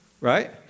Right